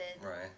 Right